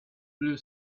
blue